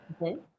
Okay